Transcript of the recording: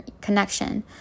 connection